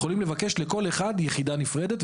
יכולים לבקש לכל אחד דירה נפרדת,